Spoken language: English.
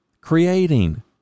Creating